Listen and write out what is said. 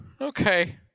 Okay